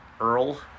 Earl